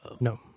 No